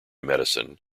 medicine